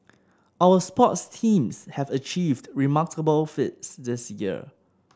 our sports teams have achieved remarkable feats this year